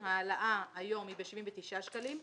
ההעלאה היום היא ב-79 שקלים,